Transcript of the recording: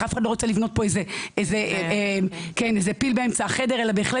אף אחד לא רוצה לבנות פה פיל באמצע החדר אלא בהחלט